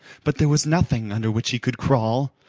but there was nothing under which he could crawl,